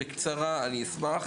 בקצרה אני אשמח.